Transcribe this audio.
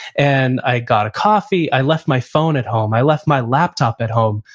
and i got a coffee, i left my phone at home, i left my laptop at home.